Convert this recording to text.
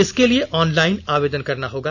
इसके लिए ऑनलाइन आवेदन करना होगा